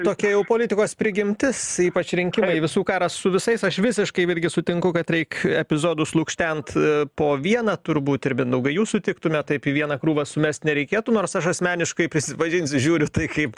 tokia jau politikos prigimtis ypač rinkėjai visų karas su visais aš visiškai virgi sutinku kad reik epizodus lukštent po vieną turbūt ir mindaugai jūs sutiktumėt taip į vieną krūvą sumest nereikėtų nors aš asmeniškai prisipažinsiu žiūriu tai kaip